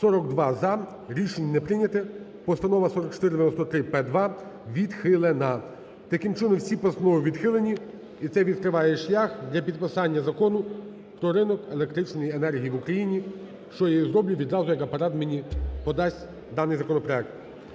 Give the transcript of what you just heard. За-42 Рішення не прийняте. Постанова 4493-П2 відхилена. Таким чином всі постанови відхилені і це відкриває шлях для підписання Закону про ринок електричної енергії в Україні, що я і зроблю відразу, як Апарат мені подасть даний законопроект.